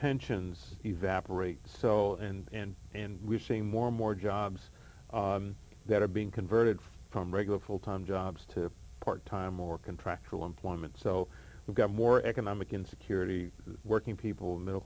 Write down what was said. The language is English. pensions evaporates so and and we're seeing more and more jobs that are being converted from regular full time jobs to part time or contractual employment so we've got more economic insecurity working people middle